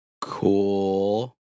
Cool